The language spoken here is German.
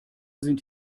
sind